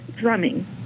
drumming